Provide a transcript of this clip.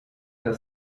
der